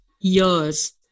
years